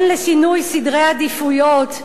כן לשינוי סדרי עדיפויות.